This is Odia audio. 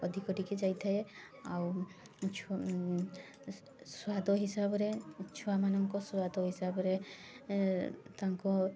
ଅଧିକ ଟିକେ ଯାଇଥାଏ ଆଉ ଛୁ ସ୍ୱାଦ ହିସାବରେ ଛୁଆମାନଙ୍କ ସ୍ୱାଦ ହିସାବରେ ତାଙ୍କୁ